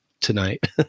tonight